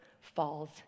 falls